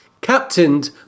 captained